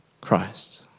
Christ